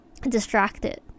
distracted